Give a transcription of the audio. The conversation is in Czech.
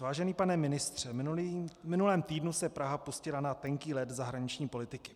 Vážený pane ministře, v minulém týdnu se Praha pustila na tenký led zahraniční politiky.